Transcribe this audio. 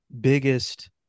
biggest